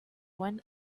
one